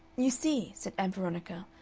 you see, said ann veronica,